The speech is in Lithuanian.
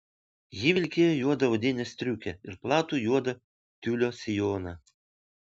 ji vilkėjo juodą odinę striukę ir platų juodą tiulio sijoną